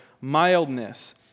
mildness